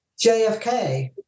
JFK